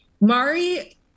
Mari